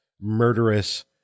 murderous